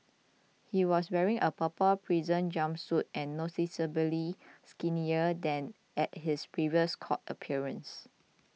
he was wearing a purple prison jumpsuit and noticeably skinnier than at his previous court appearance